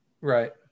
right